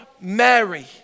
Mary